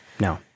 No